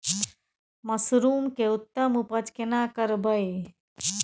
Mushroom के उत्तम उपज केना करबै?